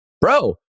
bro